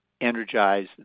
energize